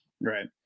Right